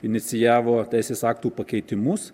inicijavo teisės aktų pakeitimus